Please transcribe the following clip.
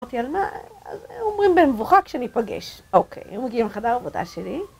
אומרים במבוכה כשנפגש, אוקיי, הם מגיעים לחדר עבודה שלי.